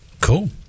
Cool